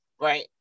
right